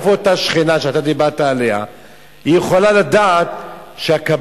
מאיפה אותה שכנה שאתה דיברת עליה יכולה לדעת שהקבלן